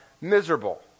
miserable